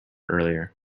earlier